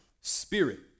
spirit